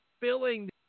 filling